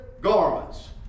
garments